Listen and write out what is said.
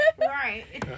Right